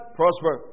prosper